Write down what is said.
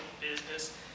business